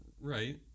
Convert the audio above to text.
right